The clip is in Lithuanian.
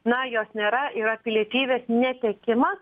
na jos nėra yra pilietybės netekimas